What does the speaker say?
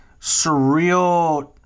surreal